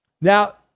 now